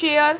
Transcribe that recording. share